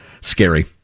Scary